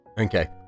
Okay